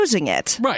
Right